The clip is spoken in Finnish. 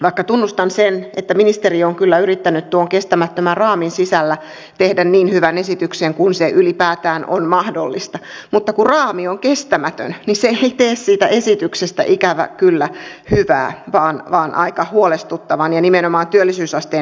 vaikka tunnustan sen että ministeri on kyllä yrittänyt tuon kestämättömän raamin sisällä tehdä niin hyvän esityksen kuin se ylipäätään on mahdollista niin kun raami on kestämätön niin se ei tee siitä esityksestä ikävä kyllä hyvää vaan aika huolestuttavan ja nimenomaan työllisyysasteen näkökulmasta huolestuttavan